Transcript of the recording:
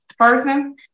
person